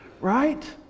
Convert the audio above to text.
right